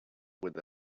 with